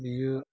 बियो